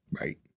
Right